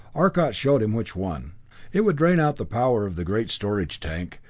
arcot showed him which one it would drain out the power of the great storage tank,